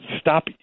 stop